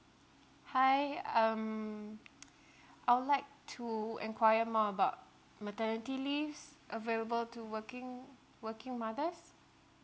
hi um I would like to enquire more about maternity leaves available to working working mothers